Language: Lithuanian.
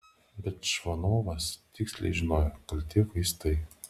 bet čvanovas tiksliai žinojo kalti vaistai